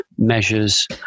measures